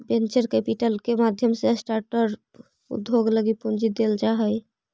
venture capital के माध्यम से स्टार्टअप उद्योग लगी पूंजी देल जा हई